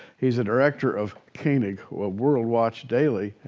he's the director of koenig world watch daily,